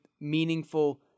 meaningful